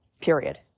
period